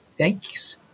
Thanks